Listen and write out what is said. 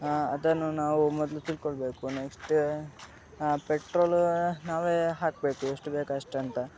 ಅದನ್ನು ನಾವು ಮೊದಲು ತಿಳ್ಕೊಳ್ಬೇಕು ನೆಕ್ಷ್ಟ್ ಪೆಟ್ರೋಲ್ ನಾವೇ ಹಾಕಬೇಕು ಎಷ್ಟು ಬೇಕು ಅಷ್ಟಂತ